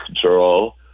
control